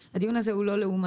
הדיון הזה הוא לא לעומתי.